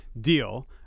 deal